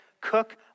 cook